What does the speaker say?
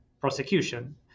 prosecution